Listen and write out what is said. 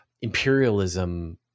imperialism